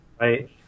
right